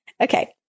Okay